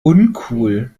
uncool